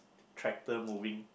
tractor moving